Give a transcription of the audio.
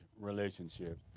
relationship